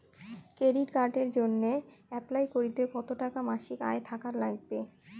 Credit কার্ডের জইন্যে apply করিতে কতো টাকা মাসিক আয় থাকা নাগবে?